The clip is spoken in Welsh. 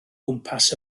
gwmpas